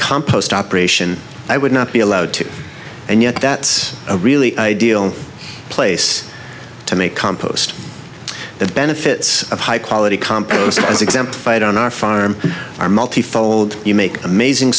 compost operation i would not be allowed to and yet that's a really deal place to make compost the benefits of high quality compost as exemplified on our farm are multifold you make amazing